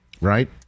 right